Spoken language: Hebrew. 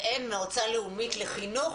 ואין מועצה לאומית לחינוך